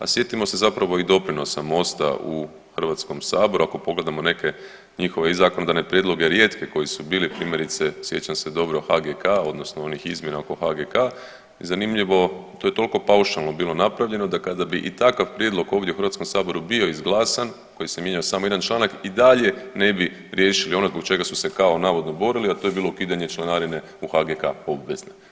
A sjetimo se zapravo i doprinosa Mosta u Hrvatskom saboru ako pogledamo neke njihove i zakonodavne prijedloge rijetke koji su bili primjerice sjećam se dobro HGK-a odnosno onih izmjena oko HGK-a i zanimljivo to je toliko paušalno bilo napravljeno da kada bi i takav prijedlog ovdje u Hrvatskom saboru bio izglasan kojim se mijenjao samo jedan članak i dalje ne bi riješili zbog čega su se kao navodno borili, a to je bilo ukidanje članarine u HGK-a obvezne.